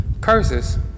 curses